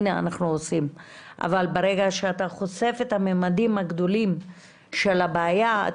אבל ברגע שחושפים את המימדים הגדולים של הבעיה,